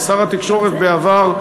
שר התקשורת בעבר,